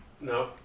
No